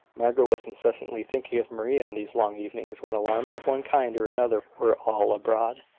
margaret was incessantly thinking of maria in these long evenings, when alarms of one kind or another were all abroad.